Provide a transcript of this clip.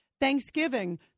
Thanksgiving